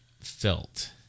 felt